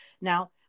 now